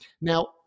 Now